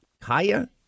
Kaya